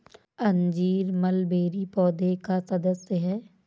अंजीर मलबेरी पौधे का सदस्य है